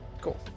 Cool